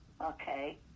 Okay